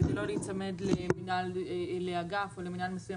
כדי לא להיצמד לאגף או מינהל מסוים,